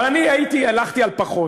אבל אני הלכתי על פחות.